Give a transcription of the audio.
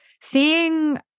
seeing